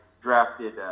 drafted